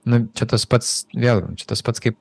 na čia tas pats vėl čia tas pats kaip